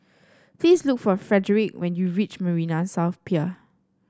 please look for Frederick when you reach Marina South Pier